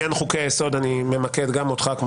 אני קורא אותך לסדר פעם